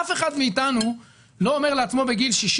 אף אחד מאתנו לא אומר לעצמו בגיל 60